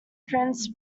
prince